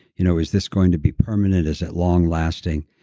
you know is this going to be permanent? is it long lasting?